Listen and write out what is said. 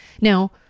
Now